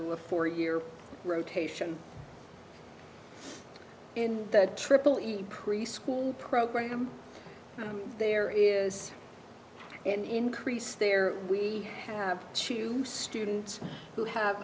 to a four year rotation in the triple even preschool program there is an increase there we have two students who have